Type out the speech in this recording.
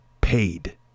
paid